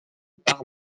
par